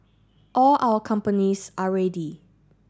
all our companies are ready